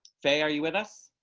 say, are you with us.